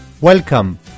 Welcome